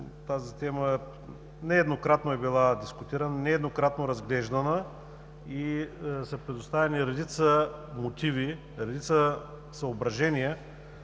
тази тема нееднократно е била дискутирана, нееднократно разглеждана и са предоставени редица мотиви и съображения